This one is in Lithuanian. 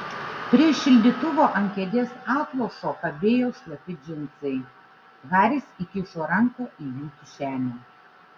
prie šildytuvo ant kėdės atlošo kabėjo šlapi džinsai haris įkišo ranką į jų kišenę